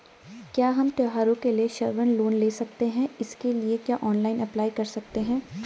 क्या हम त्यौहारों के लिए स्वर्ण लोन ले सकते हैं इसके लिए क्या ऑनलाइन अप्लाई कर सकते हैं?